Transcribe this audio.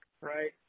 right